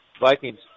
Vikings